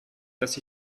dass